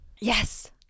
Yes